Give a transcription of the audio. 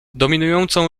dominującą